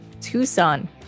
Tucson